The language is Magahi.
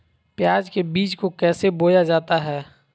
प्याज के बीज को कैसे बोया जाता है?